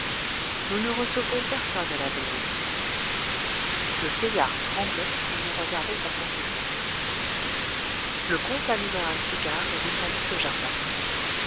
nous ne recevrons personne à l'avenir le vieillard tremblait et le regardait attentivement le comte alluma un cigare et descendit aux jardins